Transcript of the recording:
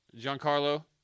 Giancarlo